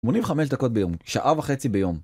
שמוים וחמש דקות ביום. שעה וחצי ביום.